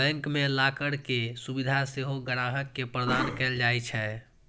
bank मे locker के सुविधा सेहो ग्राहक के प्रदान कैल जाइ छै